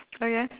okay